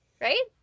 Right